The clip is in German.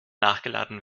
nachgeladen